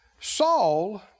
Saul